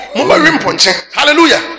Hallelujah